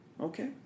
Okay